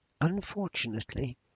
Unfortunately